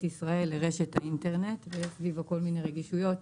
ישראל לרשת האינטרנט ויש סביבו כל מיני רגישויות